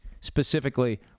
specifically